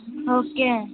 okay